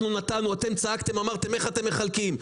נתנו ואתם צעקתם ואמרתם: איך אתם מחלקים?